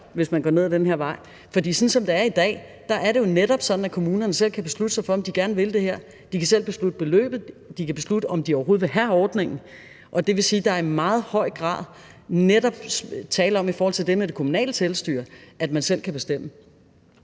hvis man går ned ad den her vej. For sådan som det er i dag, er det jo netop sådan, at kommunerne selv kan beslutte sig for, om de gerne vil det her. De kan selv beslutte beløbet. De kan beslutte, om de overhovedet vil have ordningen. Det vil sige, at der i meget høj grad netop er tale om i forhold til det kommunale selvstyre, at man selv kan bestemme.